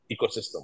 ecosystem